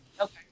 Okay